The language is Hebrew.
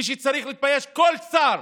מי שצריך להתבייש, כל שר